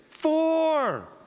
four